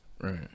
right